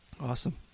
Awesome